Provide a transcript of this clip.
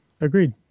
Agreed